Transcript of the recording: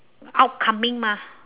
upcoming mah